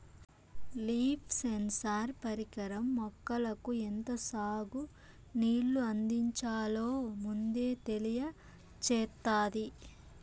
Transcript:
leaf sensor పరికరం మొక్కలకు ఎంత సాగు నీళ్ళు అందించాలో ముందే తెలియచేత్తాది